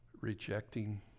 rejecting